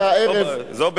בגיוס כוח-אדם,